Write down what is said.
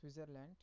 Switzerland